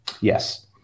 yes